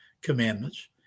commandments